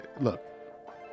look